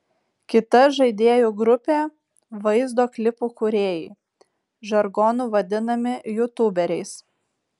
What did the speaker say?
kita žaidėjų grupė vaizdo klipų kūrėjai žargonu vadinami jutuberiais